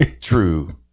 true